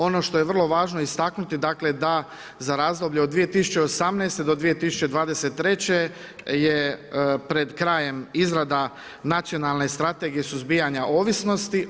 Ono što je vrlo važno istaknuti, dakle, da za razdoblje od 2018. do 2023. je pred krajem izrade nacionalne strategije suzbijanja ovisnosti.